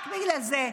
רק בגלל זה.